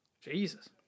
Jesus